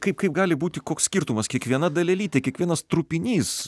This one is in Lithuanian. kaip kaip gali būti koks skirtumas kiekviena dalelytė kiekvienas trupinys